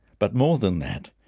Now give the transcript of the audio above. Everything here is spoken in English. but more than that,